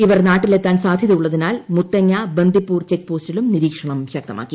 ഇവർ നാട്ടിലെത്താൻ സാധ്യതയുള്ളതിനാൽ മുത്തങ്ങ ബന്ദിപ്പൂർ ചെക്ക് പോസ്റ്റിലും നിരീക്ഷണം ശക്തമാക്കി